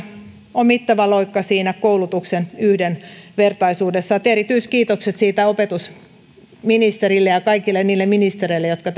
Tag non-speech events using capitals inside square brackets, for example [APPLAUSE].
on mittava loikka koulutuksen yhdenvertaisuudessa erityiskiitokset siitä opetusministerille ja kaikille niille ministereille jotka [UNINTELLIGIBLE]